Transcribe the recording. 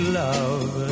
love